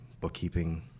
bookkeeping